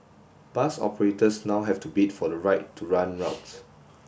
bus operators now have to bid for the right to run routes